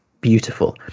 beautiful